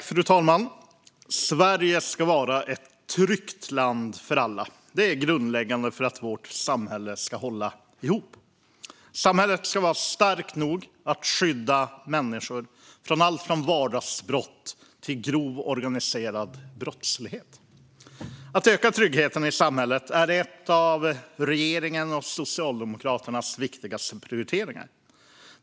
Fru talman! Sverige ska vara ett tryggt land för alla; det är grundläggande för att vårt samhälle ska hålla ihop. Samhället ska vara starkt nog att skydda människor från allt från vardagsbrott till grov organiserad brottslighet. Att öka tryggheten i samhället är en av regeringens och Socialdemokraternas viktigaste prioriteringar.